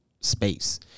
space